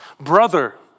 Brother